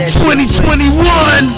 2021